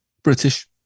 British